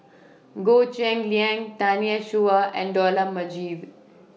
Goh Cheng Liang Tanya Chua and Dollah Majid